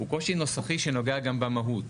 הוא קושי נוסחי שנוגע גם במהות.